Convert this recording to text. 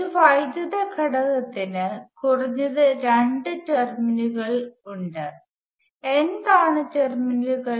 ഒരു വൈദ്യുത ഘടകത്തിന് കുറഞ്ഞത് രണ്ട് ടെർമിനലുകളുണ്ട് എന്താണ് ടെർമിനലുകൾ